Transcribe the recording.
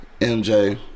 MJ